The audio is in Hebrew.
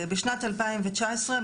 בשנת 2019,